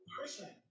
person